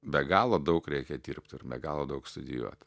be galo daug reikia dirbt ir be galo daug studijuot